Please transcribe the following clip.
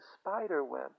spider-web